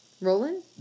Roland